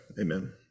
Amen